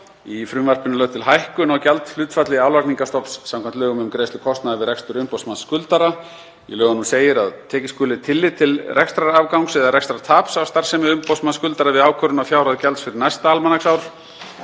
Í frumvarpinu er lögð til hækkun á gjaldhlutfalli álagningarstofns samkvæmt lögum um greiðslu kostnaðar við rekstur umboðsmanns skuldara. Í lögunum segir að tekið skuli tillit til rekstrarafgangs eða rekstrartaps af starfsemi umboðsmanns skuldara við ákvörðun á fjárhæð gjalds fyrir næsta almanaksár.